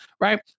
right